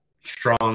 strong